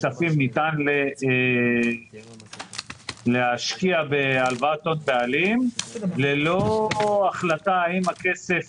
הכספים ניתן להשקיע בהלוואת הון בעלים ללא החלטה האם הכסף